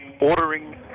ordering